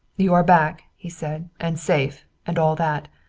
you are back, he said, and safe, and all that.